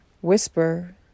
whisper